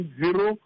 zero